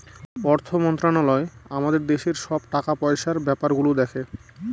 অর্থ মন্ত্রালয় আমাদের দেশের সব টাকা পয়সার ব্যাপার গুলো দেখে